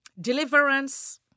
deliverance